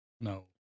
No